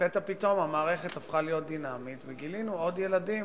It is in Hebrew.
ולפתע פתאום המערכת הפכה להיות דינמית וגילינו עוד ילדים.